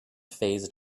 phase